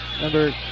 Number